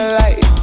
light